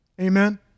Amen